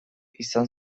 izan